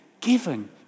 given